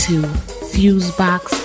Fusebox